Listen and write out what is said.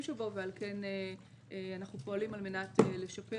שבו ועל כן אנחנו פועלים על מנת לשפר.